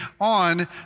on